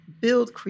Build